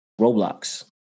Roblox